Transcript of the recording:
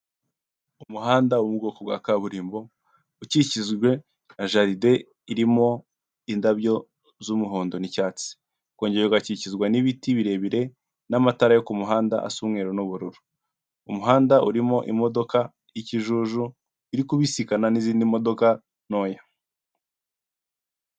Umuhanda wo mu bwoko bwa kaburimbo, ukikijwe na jaride irimo indabyo z'umuhondo n'icyatsi. Ukongera ugakikizwa n'ibiti birebire n'amatara yo ku muhanda asa umweru n'ubururu. Umuhanda urimo imodoka y'ikijuju iri kubisikana n'izindi modoka ntoya.